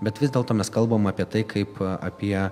bet vis dėlto mes kalbam apie tai kaip apie